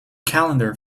calendar